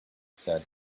said